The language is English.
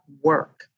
work